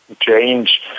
change